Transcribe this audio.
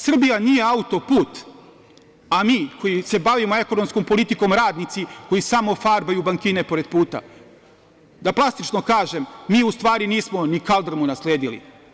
Srbija nije auto-put, a mi koji se bavimo ekonomskom politikom, radnici koji samo farbaju bankine pored puta, da plastično kažem, mi u stvari nismo ni kaldrmu nasledili.